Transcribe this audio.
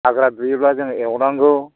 हाग्रा दुयोब्ला जोङो एवनांगौ